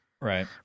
Right